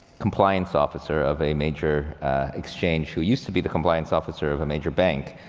compliance officer of a major exchange who used to be the compliance officer of a major bank,